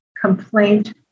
complaint